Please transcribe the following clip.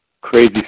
crazy